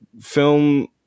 film